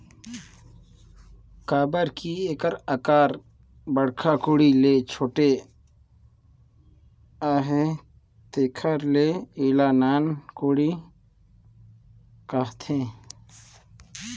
काबर कि एकर अकार बड़खा कोड़ी ले छोटे अहे तेकर ले एला नान कोड़ी कहथे